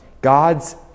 God's